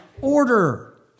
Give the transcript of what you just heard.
order